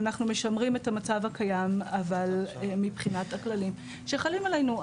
אנחנו משמרים את המצב הקיים אבל מבחינת הכללים שחלים עלינו.